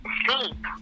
sleep